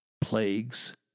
plagues